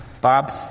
Bob